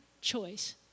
choice